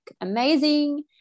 amazing